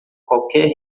qualquer